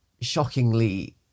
shockingly